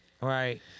Right